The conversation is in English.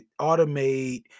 automate